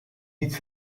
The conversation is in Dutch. niet